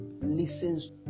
listens